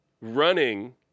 running